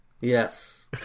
yes